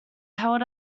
held